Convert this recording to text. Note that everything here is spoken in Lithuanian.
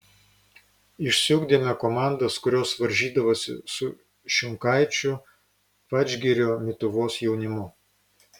išsiugdėme komandas kurios varžydavosi su šimkaičių vadžgirio mituvos jaunimu